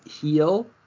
heal